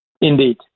Indeed